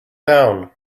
down